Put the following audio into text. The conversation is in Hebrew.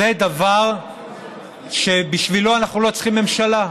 זה דבר שבשבילו אנחנו לא צריכים ממשלה.